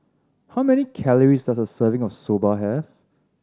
how many calories does a serving of Soba have